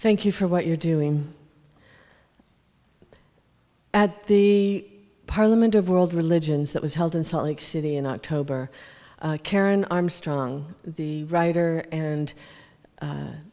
thank you for what you're doing at the parliament of world religions that was held in salt lake city in october karen armstrong the writer and